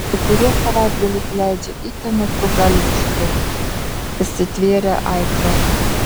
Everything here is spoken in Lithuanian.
kai kurie savaitgalius leidžia itin nutrūktgalviškai įsitvėrę aitvarus